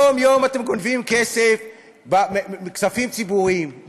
יום-יום אתם גונבים כסף מכספים ציבוריים,